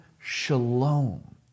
shalom